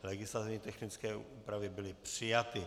Legislativně technická úprava byla přijata.